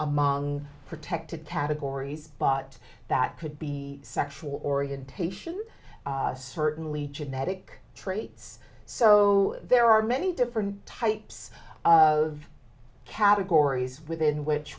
a monk protected categories but that could be sexual orientation certainly genetic traits so there are many different types of categories within which